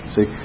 See